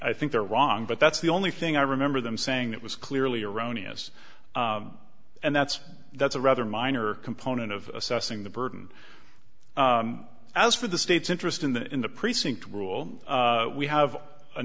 i think they're wrong but that's the only thing i remember them saying that was clearly erroneous and that's that's a rather minor component of assessing the burden as for the state's interest in the in the precinct rule we have a